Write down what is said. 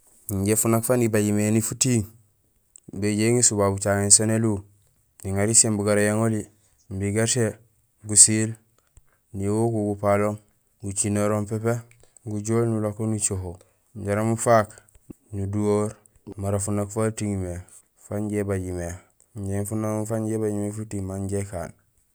Injé funaak faan ibajimé éni futiiŋ, béjoow iŋésul babu bucaŋéén sén éluw niŋaar iséén bugara yaŋolil imbi gersee gusiil niwogul gupaloom, gucinoroom pépé gojool nulako nucoho jaraam ufaak, nuduhoor mara funaak fatiiŋ mé fan injé ibajimé. Injé funagoom faan ibajimé éni futiiŋ ma inja ikaan.